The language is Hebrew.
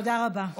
תודה רבה.